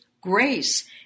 grace